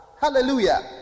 hallelujah